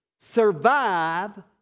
survive